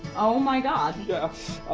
oh my god. yeah.